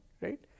right